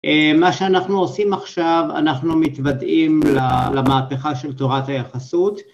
מה שאנחנו עושים עכשיו, אנחנו מתוודעים למהפכה של תורת היחסות.